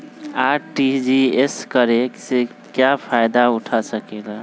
RTGS करे से की फायदा उठा सकीला?